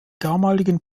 damaligen